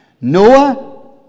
Noah